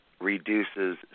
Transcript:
reduces